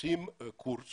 עושים קורס